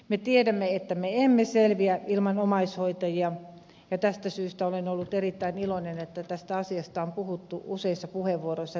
me tiedämme että me emme selviä ilman omaishoitajia ja tästä syystä olen ollut erittäin iloinen että tästä asiasta on puhuttu useissa puheenvuoroissa myös tänään